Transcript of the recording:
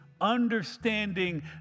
understanding